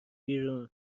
بیرون